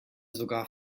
sogar